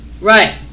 right